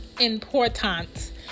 important